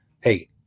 Hey